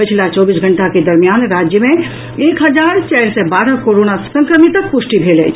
पछिला चौबीस घंटा के दरमियान राज्य मे एक हजार चारि सय बारह कोरोना संक्रमितक पुष्टि भेल अछि